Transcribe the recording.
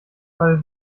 fall